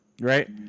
Right